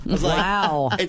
Wow